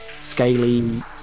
scaly